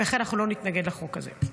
ולכן אנחנו לא נתנגד לחוק הזה.